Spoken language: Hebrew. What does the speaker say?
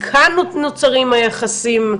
מכאן נוצרים היחסים,